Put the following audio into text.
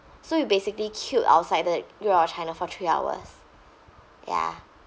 so we basically queued outside the great wall of china for three hours ya